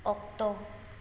ᱚᱠᱛᱚ